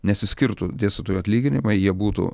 nesiskirtų dėstytojų atlyginimai jie būtų